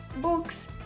books